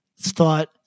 thought